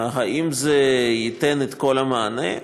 האם זה ייתן את כל המענה?